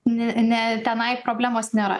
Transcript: ne ne tenai problemos nėra